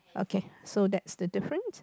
okay so that's the difference